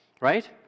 right